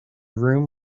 room